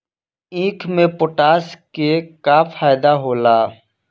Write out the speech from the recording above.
ईख मे पोटास के का फायदा होला?